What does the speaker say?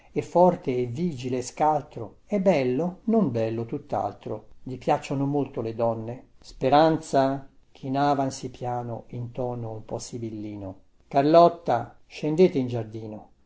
e forte e vigile e scaltro è bello non bello tuttaltro gli piacciono molto le donne speranza chinavansi piano in tono un po sibillino carlotta scendete in giardino